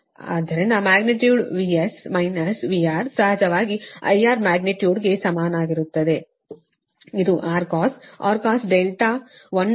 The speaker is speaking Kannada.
ಆದ್ದರಿಂದ ಮ್ಯಾಗ್ನಿಟ್ಯೂಡ್ VS ಮೈನಸ್ VR ಸಹಜವಾಗಿ IR ಮ್ಯಾಗ್ನಿಟ್ಯೂಡ್ಗೆ ಸಮಾನವಾಗಿರುತ್ತದೆ ಅದು R cos R cos R1 X sin R1 ಸರಿನಾ